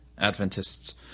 adventists